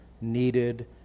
needed